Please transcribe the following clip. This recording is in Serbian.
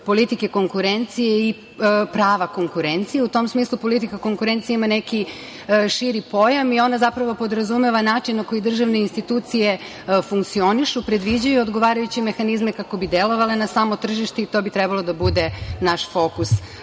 politike konkurencije i prava konkurencije. U tom smislu, politika konkurencije ima neki širi pojam i ona zapravo podrazumeva način na koji državne institucije funkcionišu, predviđaju odgovarajuće mehanizme kako bi delovale na samo tržište i to bi trebalo da bude naš fokus